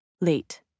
Late